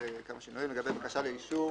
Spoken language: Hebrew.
לגבי בקשה לחידוש אישור,